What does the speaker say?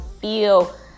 feel